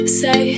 say